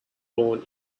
born